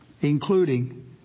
Including